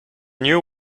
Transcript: new